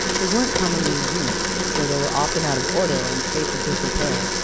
they weren't commonly used, so they were often out of order in states of disrepair.